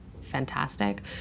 fantastic